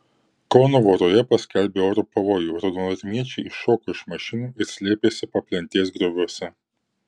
kauno voroje paskelbė oro pavojų raudonarmiečiai iššoko iš mašinų ir slėpėsi paplentės grioviuose